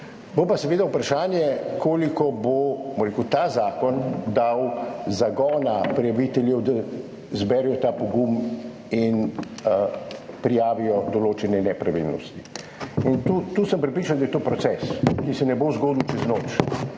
Bo pa seveda vprašanje, koliko bo, bom rekel, ta zakon dal zagona prijaviteljem, da zberejo ta pogum in prijavijo določene nepravilnosti. Tu sem prepričan, da je to proces, ki se ne bo zgodil čez noč.